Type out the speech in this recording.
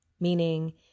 Meaning